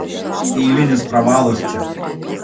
eilinis pravalas čia